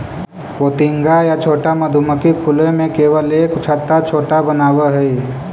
पोतिंगा या छोटा मधुमक्खी खुले में केवल एक छत्ता छोटा बनावऽ हइ